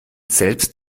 selbst